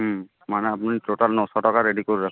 হুম মানে আপনি টোটাল নশো টাকা রেডি করে রাখুন